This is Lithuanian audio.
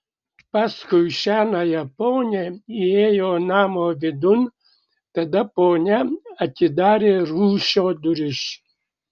paskui senąją ponią įėjo namo vidun tada ponia atidarė rūsio duris